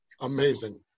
Amazing